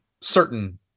certain